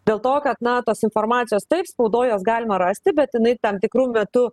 dėl to kad na tos informacijos taip spaudoj jos galima rasti bet jinai tam tikru metu